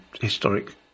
historic